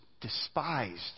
despised